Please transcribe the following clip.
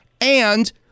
and-